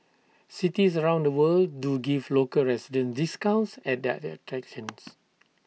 cities around the world do give local residents discounts at their their attractions